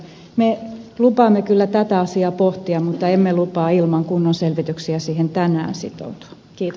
me lupaamme kyllä tätä asiaa pohtia mutta emme lupaa ilman kunnon selvityksiä siihen tänään sitoutua